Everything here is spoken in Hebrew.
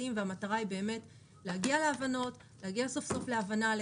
המזון ובאמצעות אימוץ של חקיקה אירופית על דרך הפניה,